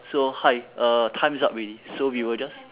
so hi uh time's up already so we will just